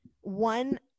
one